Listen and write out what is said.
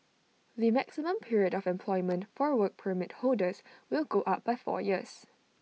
the maximum period of employment for Work Permit holders will go up by four years